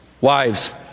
Wives